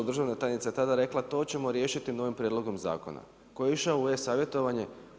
Državna tajnica je tada rekla to ćemo riješiti novim prijedlogom zakona koji je išao u e-savjetovanje.